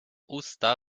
usta